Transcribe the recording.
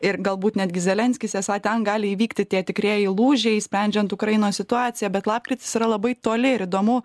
ir galbūt netgi zelenskis esą ten gali įvykti tie tikrieji lūžiai sprendžiant ukrainos situaciją bet lapkritis yra labai toli ir įdomu